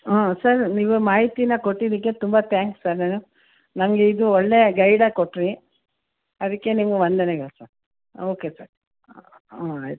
ಹಾಂ ಸರ್ ನೀವು ಮಾಹಿತಿನ ಕೊಟ್ಟಿದ್ದಕ್ಕೆ ತುಂಬಾ ತ್ಯಾಂಕ್ಸ್ ಸರ್ ನನಗೆ ಇದು ಒಳ್ಳೆ ಗೈಡ್ ಕೊಟ್ಟಿರಿ ಅದಕ್ಕೆ ನಿಮಗೆ ವಂದನೆಗಳು ಸರ್ ಓಕೆ ಸರ್ ಹಾಂ ಆಯ್ತು